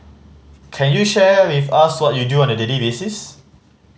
can you share with us what you do on a daily basis